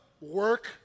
work